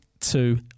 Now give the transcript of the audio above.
two